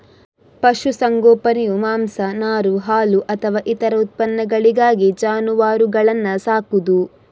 ಪಶು ಸಂಗೋಪನೆಯು ಮಾಂಸ, ನಾರು, ಹಾಲು ಅಥವಾ ಇತರ ಉತ್ಪನ್ನಗಳಿಗಾಗಿ ಜಾನುವಾರುಗಳನ್ನ ಸಾಕುದು